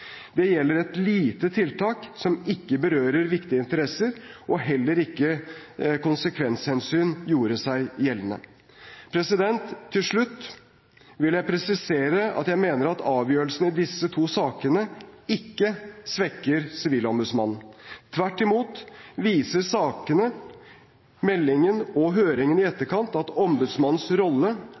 Dette gjelder et lite tiltak som ikke berører viktige interesser, og heller ikke konsekvenshensyn gjorde seg gjeldende. Til slutt vil jeg presisere at jeg mener at avgjørelsen i disse to sakene ikke svekker Sivilombudsmannen. Tvert imot viser sakene, meldingen og høringen i etterkant at ombudsmannens rolle